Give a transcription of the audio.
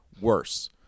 worse